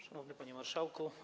Szanowny Panie Marszałku!